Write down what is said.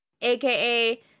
aka